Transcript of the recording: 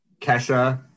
Kesha